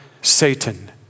Satan